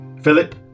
Philip